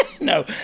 No